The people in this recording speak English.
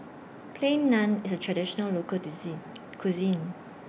Plain Naan IS A Traditional Local Cuisine